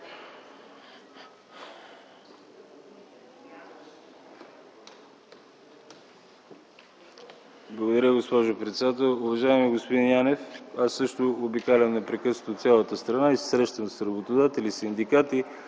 Благодаря, госпожо председател. Уважаеми господин Янев! Аз също обикалям непрекъснато цялата страна и се срещам с работодатели, синдикати,